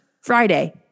Friday